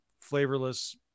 flavorless